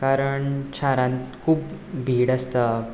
कारण शारांत खूब बीड आसता